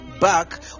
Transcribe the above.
back